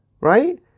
right